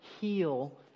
heal